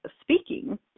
speaking